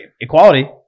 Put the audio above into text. equality